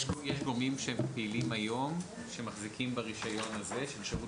יש גורמים שהיום הם פעילים שמחזיקים ברישיון הזה של שירות